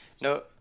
No